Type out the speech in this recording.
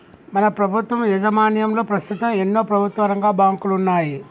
మన ప్రభుత్వం యాజమాన్యంలో పస్తుతం ఎన్నో ప్రభుత్వరంగ బాంకులున్నాయి